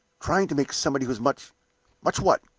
trying to make somebody who is much much what?